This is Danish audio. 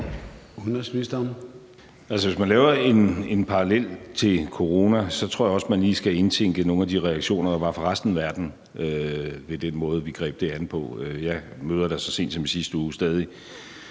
Hvis man laver en parallel til corona, tror jeg også, at man lige skal indtænke nogle af de reaktioner, der var fra resten af verden ved den måde, vi greb det an på. Jeg møder stadig og så sent som i sidste uge